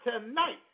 tonight